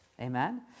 Amen